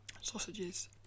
Sausages